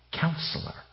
counselor